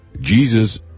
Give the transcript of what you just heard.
Jesus